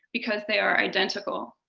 because they are identical.